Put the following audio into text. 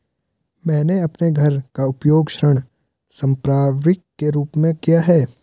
मैंने अपने घर का उपयोग ऋण संपार्श्विक के रूप में किया है